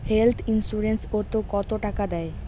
Health insurance ওত কত টাকা দেয়?